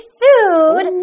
food